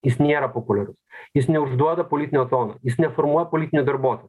jis nėra populiarus jis neužduoda politinio tono jis neformuoja politinių darbuotojų